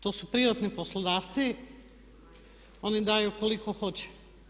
To su privatni poslodavci, oni ima daju koliko hoće.